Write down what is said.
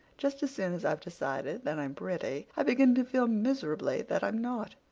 just as soon as i've decided that i'm pretty i begin to feel miserably that i'm not.